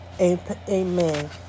amen